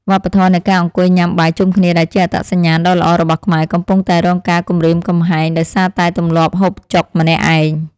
វប្បធម៌នៃការអង្គុយញ៉ាំបាយជុំគ្នាដែលជាអត្តសញ្ញាណដ៏ល្អរបស់ខ្មែរកំពុងតែរងការគំរាមកំហែងដោយសារតែទម្លាប់ហូបចុកម្នាក់ឯង។